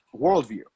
worldview